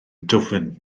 dwfn